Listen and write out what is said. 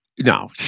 No